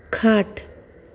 खाट